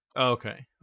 Okay